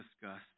discussed